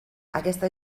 aquesta